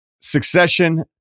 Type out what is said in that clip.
Succession